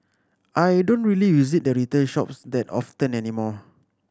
I don't really visit the retail shops that often anymore